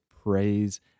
praise